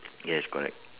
yes correct